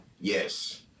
Yes